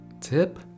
Tip